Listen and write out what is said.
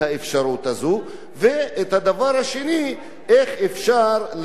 והדבר השני, איך אפשר לקלוט אותם בחזרה?